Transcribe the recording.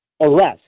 arrest